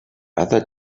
other